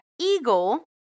Eagle